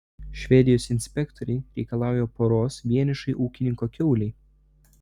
švedijos inspektoriai reikalauja poros vienišai ūkininko kiaulei